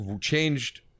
changed